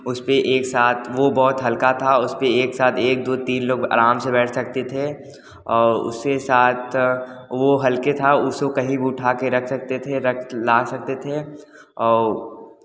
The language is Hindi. उस पर एक साथ वो बहुत हल्का था उस पर एक साथ एक दो तीन लोग आराम से बैठ सकते थे और उसके साथ वो हल्के था उसको कहीं भी उठा के रख सकते थे रख ला सकते थे और